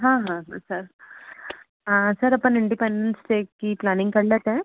हाँ हाँ तो सर सर अपन इंडिपेंडेंस डे की प्लैनिंग कर लेते हैं